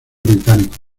británicos